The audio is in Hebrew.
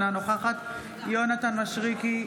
אינה נוכחת יונתן מישרקי,